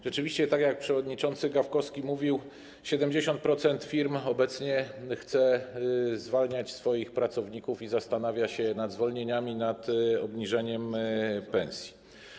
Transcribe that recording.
Rzeczywiście, tak jak przewodniczący Gawkowski mówił, 70% firm obecnie chce zwalniać swoich pracowników i zastanawia się nad zwolnieniami, nad obniżeniem pensji.